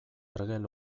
ergel